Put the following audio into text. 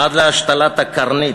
עד להשתלת הקרנית,